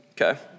Okay